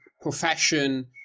profession